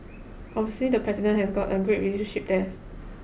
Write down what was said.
obviously the president has got a great relationship there